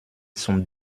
zum